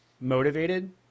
motivated